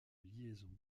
liaison